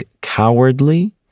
cowardly